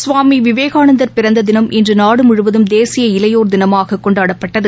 சுவாமிவிவேகானந்தா் பிறந்ததினமான இன்றுநாடுமுழுவதும் தேசிய இளையோா் தினமாகக் கொண்டாடப்பட்டது